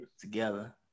together